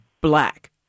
black